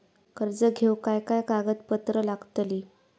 कर्ज घेऊक काय काय कागदपत्र लागतली?